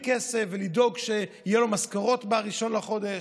כסף ולדאוג שיהיה לו למשכורות ב-1 בחודש.